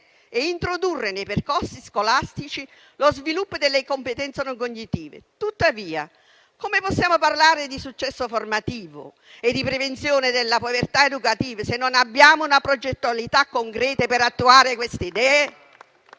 e introdurre nei percorsi scolastici lo sviluppo delle competenze non cognitive. Come possiamo parlare, tuttavia, di successo formativo e di prevenzione della povertà educativa se non abbiamo una progettualità concreta per attuare queste idee?